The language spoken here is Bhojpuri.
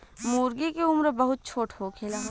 मूर्गी के उम्र बहुत छोट होखेला